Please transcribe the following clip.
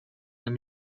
let